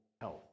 health